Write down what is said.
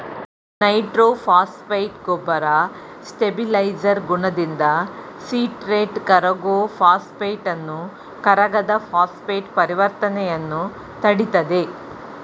nitrophosphate ಗೊಬ್ಬರ stabiliser ಗುಣದಿಂದ citrate ಕರಗೋ ಫಾಸ್ಫೇಟನ್ನು ಕರಗದ ಫಾಸ್ಫೇಟ್ ಪರಿವರ್ತನೆಯನ್ನು ತಡಿತದೆ